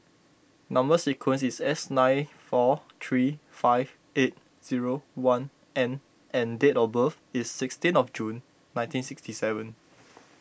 Number Sequence is S nine four three five eight zero one N and date of birth is sixteen of June nineteen sixty seven